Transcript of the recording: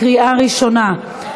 קריאה ראשונה.